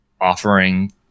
offering